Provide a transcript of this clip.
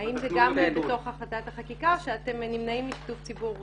האם זה גם בתוך החלטת החקיקה או שאתם נמנעים משיתוף ציבור?